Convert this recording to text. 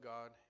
God